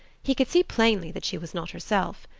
he could see plainly that she was not herself.